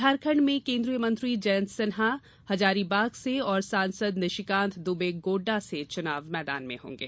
झारखण्ड् में केन्द्रीय मंत्री जयंत सिन्हा हजारीबाग से और सांसद निशिकांत दुबे गोड़डा से चुनाव मैदान में होंगे